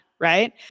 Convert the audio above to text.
right